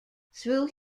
through